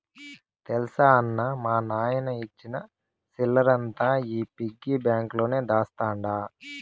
తెల్సా అన్నా, మా నాయన ఇచ్చిన సిల్లరంతా ఈ పిగ్గి బాంక్ లోనే దాస్తండ